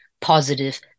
positive